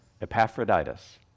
Epaphroditus